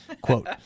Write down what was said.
Quote